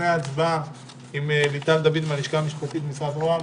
הערה לבקשת ליטל דוד מהלשכה המשפטית משרד ראש הממשלה.